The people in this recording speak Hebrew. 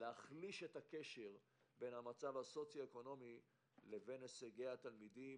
להחליש את הקשר בין המצב הסוציו אקונומי לבין הישגי התלמידים.